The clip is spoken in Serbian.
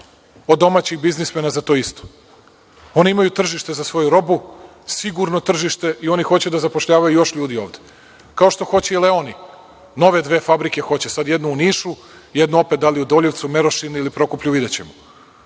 od domaćih biznismena za to isto. Oni imaju tržište za svoju robu, sigurno tržište i oni hoće da zapošljavaju još ljudi ovde, kao što hoće i „Leoni“, nove dve fabrike hoće sad, jednu u Nišu, jednu opet da li u Doljevcu, Merošini ili Prokuplju, videćemo. Jesu